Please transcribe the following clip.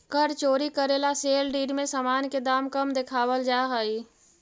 कर चोरी करे ला सेल डीड में सामान के दाम कम देखावल जा हई